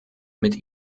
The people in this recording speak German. mit